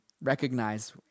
recognize